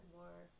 more